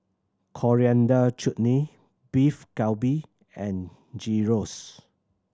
Coriander Chutney Beef Galbi and Gyros